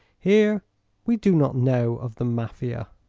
here we do not know of the mafia.